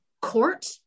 court